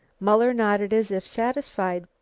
muller nodded as if satisfied.